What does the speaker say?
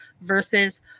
versus